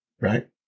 right